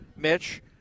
Mitch